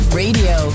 radio